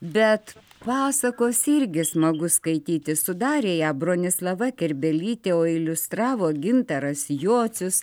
bet pasakos irgi smagu skaityti sudarė ją bronislava kerbelytė o iliustravo gintaras jocius